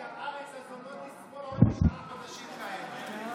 כי הארץ הזו לא תסבול עוד תשעה חודשים כאלה.